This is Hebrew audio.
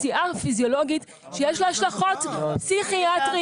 כפציעה פיזיולוגית שיש לה השלכות פסיכיאטריות.